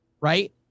right